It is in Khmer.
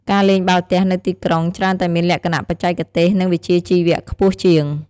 ការលេងបាល់ទះនៅទីក្រុងច្រើនតែមានលក្ខណៈបច្ចេកទេស និងវិជ្ជាជីវៈខ្ពស់ជាង។